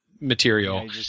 material